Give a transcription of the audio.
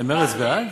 מרצ בעד?